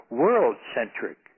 world-centric